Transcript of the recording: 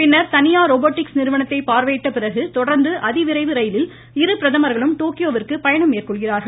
பின்னர் தனியார் ரோபோடிக்ஸ் நிறுவனத்தை பார்வையிட்ட பிறகு தொடர்ந்து அதிவிரைவு ரயிலில் இரு பிரதமர்களும் டோக்கியோவிற்கு பயணம் மேற்கொள்கிறார்கள்